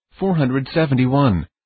471